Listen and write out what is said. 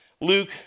Luke